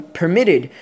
permitted